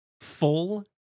full